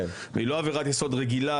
היא לא עבירת יסוד רגילה,